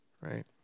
right